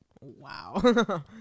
Wow